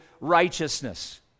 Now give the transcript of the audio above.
righteousness